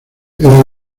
era